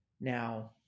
Now